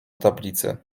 tablicy